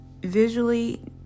visually